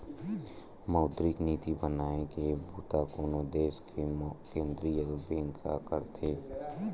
मौद्रिक नीति बनाए के बूता कोनो देस के केंद्रीय बेंक ह करथे